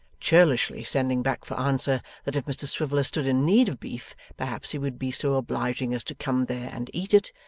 churlishly sending back for answer that if mr swiveller stood in need of beef perhaps he would be so obliging as to come there and eat it,